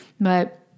but-